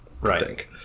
Right